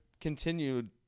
continued